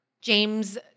James